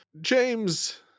James